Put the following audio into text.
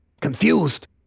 Confused